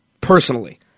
Personally